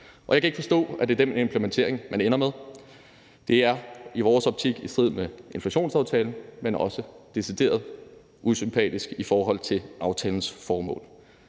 Og jeg kan ikke forstå, at det er den implementering, man ender med. Det er i vores optik i strid med inflationsaftalen, men også decideret usympatisk i forhold til aftalens formål.